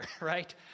right